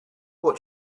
what